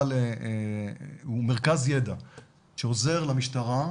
הוא מרכז ידע שעוזר למשטרה,